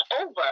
over